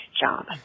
job